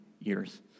years